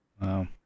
Wow